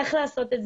איך לעשות.